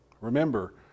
Remember